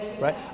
right